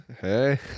Hey